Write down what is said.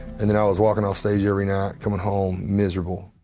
and then i was walking off stage every night, coming home miserable.